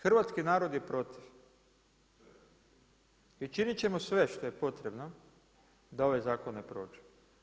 Hrvatski narod je protiv i činit ćemo sve što je potrebno da ovaj zakon ne prođe.